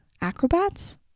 acrobats